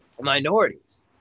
minorities